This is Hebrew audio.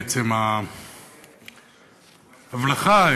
בעצם המלאכה,